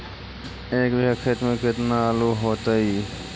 एक बिघा खेत में केतना आलू होतई?